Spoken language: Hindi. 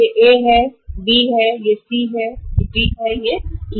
ए तो यह बी है यह सी है यह डी है यह ई है